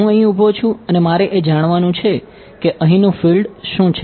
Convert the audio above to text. હું અહીં ઉભો છું અને મારે એ જાણવાનું છે કે અહીંનું ફિલ્ડ શું છે